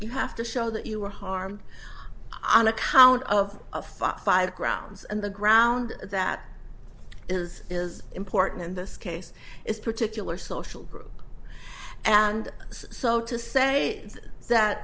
you have to show that you were harmed on account of a fight five grounds and the ground that is is important in this case is particular social group and so to say that